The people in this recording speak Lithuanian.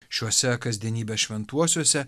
šiuose kasdienybės šventuosiuose